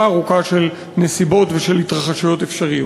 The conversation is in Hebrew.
ארוכה של נסיבות ושל התרחשויות אפשריות.